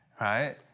Right